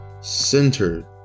centered